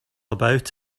about